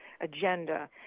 agenda